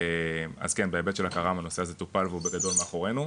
אז כן בהיבט של הקר"מ הנושא הזה טופל והוא בגדול מאחורינו,